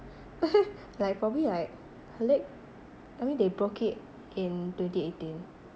like probably like her leg I mean they broke it in twenty eighteen